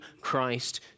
Christ